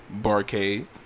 Barcade